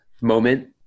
moment